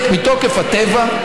מתוקף הטבע,